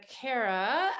Kara